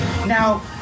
Now